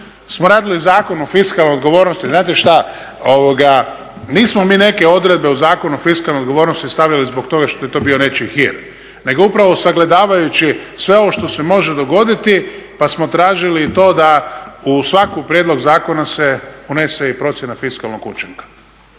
smo radili Zakon o fiskalnoj odgovornosti, znate što, nismo mi neke odredbe u Zakon o fiskalnoj odgovornosti stavili zbog toga što je to bio nečiji hir, nego upravo sagledavajući sve ovo što se može dogoditi pa smo tražili to da u svaki prijedlog zakona se unese i procjena fiskalnog učinka.